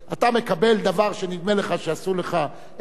נדמה לך שעשו לך איזו פעולה מיסיונרית,